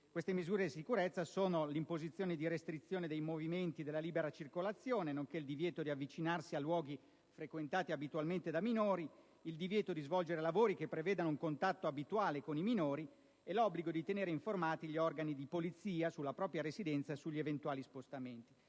Queste misure di sicurezza sono: l'imposizione di restrizione dei movimenti della libera circolazione, il divieto di avvicinarsi a luoghi frequentati abitualmente da minori, il divieto di svolgere lavori che prevedano un contatto abituale con i minori e l'obbligo di tenere informati gli organi di polizia sulla propria residenza e sugli eventuali spostamenti.